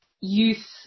youth